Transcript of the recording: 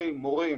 חונכים מורים